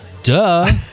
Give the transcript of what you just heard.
Duh